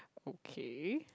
okay